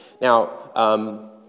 Now